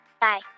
Bye